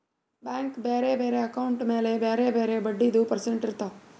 bank ಬ್ಯಾರೆ ಬ್ಯಾರೆ account ಮ್ಯಾಲ ಬ್ಯಾರೆ ಬ್ಯಾರೆ ಬಡ್ಡಿದು ಪರ್ಸೆಂಟ್ ಇರ್ತಾವ್